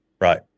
Right